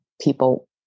people